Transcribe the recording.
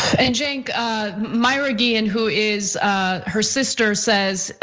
and genk myra guillen who is her sister says,